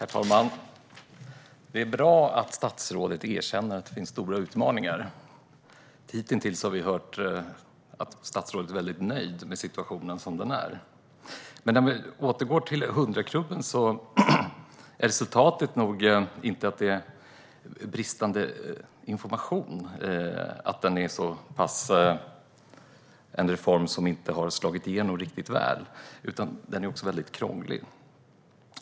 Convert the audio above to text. Herr talman! Det är bra att statsrådet erkänner att det finns stora utmaningar. Hitintills har vi hört att statsrådet är nöjd med situationen som den är. Låt mig återgå till 100-klubben. Att det är en reform som inte har slagit igenom riktigt väl beror inte enbart på bristande information utan också på att den är mycket krånglig.